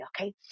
Okay